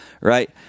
right